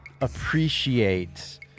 appreciate